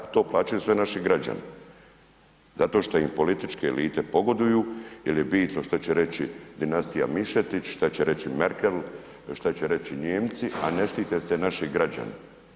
To plaćaju sve naši građani zato što im političke elite pogoduju jel je bitno šta će reći dinastija Mišetić, šta će reći Merkel, šta će reći Nijemci, a ne štite se naši građani.